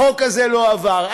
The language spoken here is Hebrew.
החוק הזה לא עבר.